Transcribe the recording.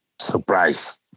Surprise